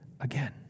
again